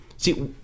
See